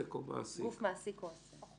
מעסיק או עוסק.